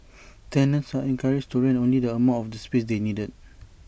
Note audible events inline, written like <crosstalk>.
<noise> tenants are encouraged to rent only the amount of space they need